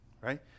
right